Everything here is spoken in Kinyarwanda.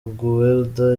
guelda